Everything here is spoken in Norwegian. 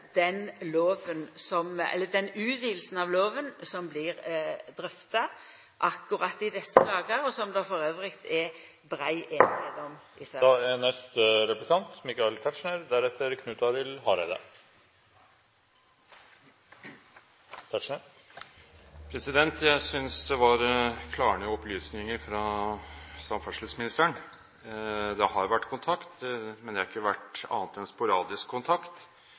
den lova som vart innført i Sverige årsskiftet 2008/2009. Det gjaldt den utvidinga av lova som blir drøfta akkurat i desse dagar, og som det elles er brei einigheit om. Jeg synes det var klargjørende opplysninger fra samferdselsministeren – det har vært kontakt, men ikke annet enn sporadisk,